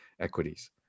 equities